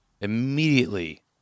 immediately